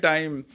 Time